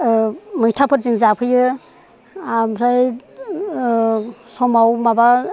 मैथाफोरजों जाफैयो आमफ्राय समाव माबा